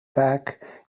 back